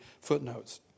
footnotes